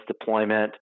deployment